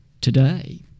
today